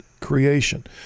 creation